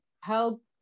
help